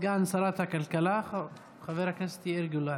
סגן שרת הכלכלה חבר הכנסת יאיר גולן.